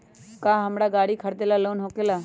का हमरा गारी खरीदेला लोन होकेला?